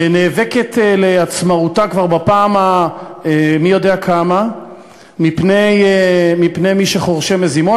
נאבקת על עצמאותה כבר בפעם המי-יודע-כמה מפני מי שחורשים מזימות,